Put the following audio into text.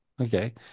okay